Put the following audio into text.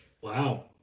Wow